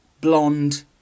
blonde